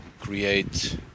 create